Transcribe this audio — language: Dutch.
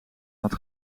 had